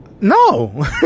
No